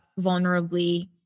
vulnerably